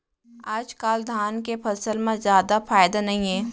आजकाल धान के फसल म जादा फायदा नइये